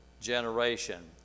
generation